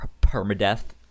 permadeath